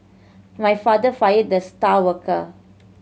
my father fired the star worker